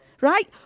Right